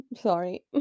sorry